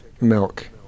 milk